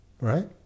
Right